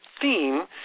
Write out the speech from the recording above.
theme